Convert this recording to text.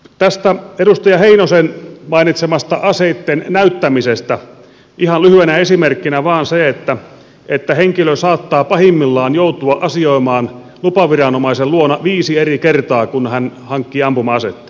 tästä edustaja heinosen mainitsemasta aseitten näyttämisestä ihan lyhyenä esimerkkinä vain se että henkilö saattaa pahimmillaan joutua asioimaan lupaviranomaisen luona viisi eri kertaa kun hän hankkii ampuma asetta